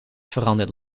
verandert